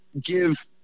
give